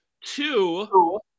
Two